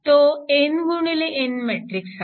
तो n गुणिले n matrix आहे